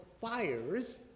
fires